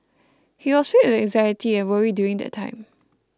he was filled with anxiety and worry during that time